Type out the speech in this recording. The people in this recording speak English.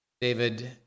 David